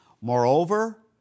moreover